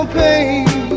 pain